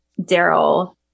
Daryl